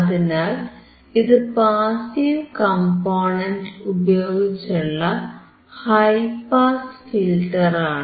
അതിനാൽ ഇത് passive component ഉപയോഗിച്ചുള്ള ഹൈ പാസ് ഫിൽറ്ററാണ്